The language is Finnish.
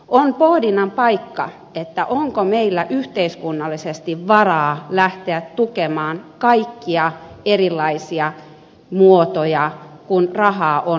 on pohdinnan paikka onko meillä yhteiskunnallisesti varaa lähteä tukemaan kaikkia erilaisia muotoja kun rahaa on vähäisen